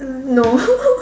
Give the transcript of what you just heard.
uh no